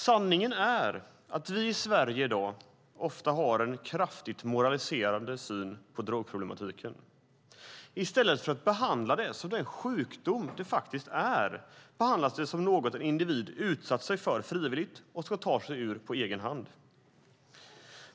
Sanningen är att vi i Sverige i dag ofta har en kraftigt moraliserande syn på drogproblematiken. I stället för att behandla det som den sjukdom det är behandlas det som något en individ utsatt sig för frivilligt och ska ta sig ur på egen hand.